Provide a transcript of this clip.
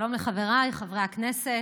שלום לחבריי חברי הכנסת.